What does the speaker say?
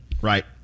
Right